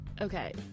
Okay